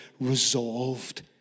resolved